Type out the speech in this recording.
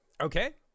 okay